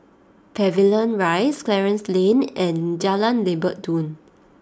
Pavilion Rise Clarence Lane and Jalan Lebat Daun